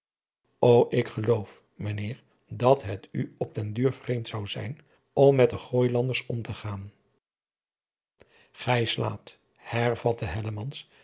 ô ik geloof mijn heer dat het u op den adriaan loosjes pzn het leven van hillegonda buisman duur vreemd zou zijn om met de gooilanders om te gaan gij slaat